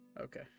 okay